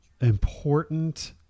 important